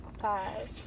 five